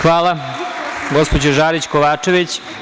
Hvala, gospođo Žarić Kovačević.